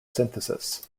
synthesis